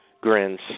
grins